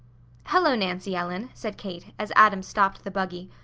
hello, nancy ellen, said kate as adam stopped the buggy.